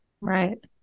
right